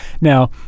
Now